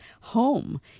home